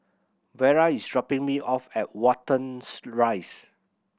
Vara is dropping me off at Wattens Rise